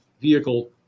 vehicle